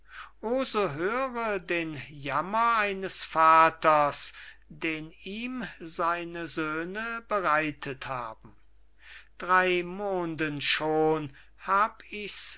höre den jammer eines vaters den ihm seine söhne bereitet haben drey monden schon hab ich's